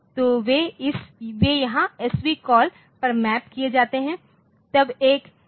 तो वे यहाँ SV कॉल पर मैप किए जाते हैं